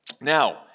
Now